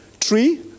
three